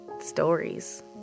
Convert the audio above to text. stories